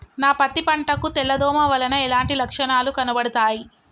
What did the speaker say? నా పత్తి పంట కు తెల్ల దోమ వలన ఎలాంటి లక్షణాలు కనబడుతాయి?